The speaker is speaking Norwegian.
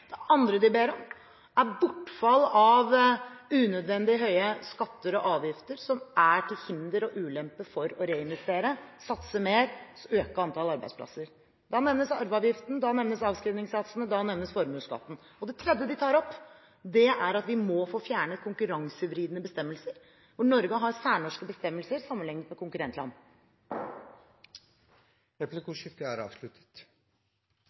Det andre de ber om, er bortfall av unødvendig høye skatter og avgifter, som er til hinder og ulempe for å reinvestere, og å satse mer og øke antallet arbeidsplasser. Da nevnes arveavgiften, da nevnes avskrivningssatsene, og da nevnes formuesskatten. Det tredje de tar opp, er at vi må få fjernet konkurransevridende bestemmelser, for Norge har – sammenlignet med konkurrentland – særnorske bestemmelser. Replikkordskiftet er avsluttet.